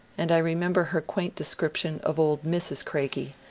and i remember her quaint description of old mrs. craigie,